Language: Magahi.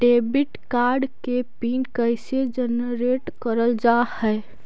डेबिट कार्ड के पिन कैसे जनरेट करल जाहै?